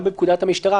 גם בפקודת המשטרה.